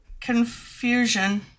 Confusion